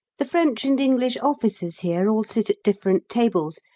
the french and english officers here all sit at different tables,